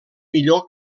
millor